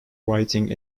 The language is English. writing